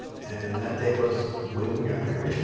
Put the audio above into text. and that date was we we got married